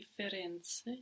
Differenze